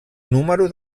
número